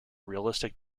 realistic